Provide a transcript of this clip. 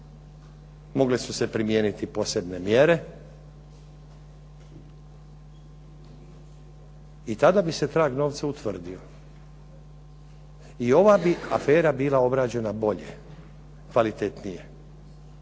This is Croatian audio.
mogle su se primijeniti posebne mjere i tada bi se trag novca utvrdio. I ova bi afera bila obrađena bolje, kvalitetnije.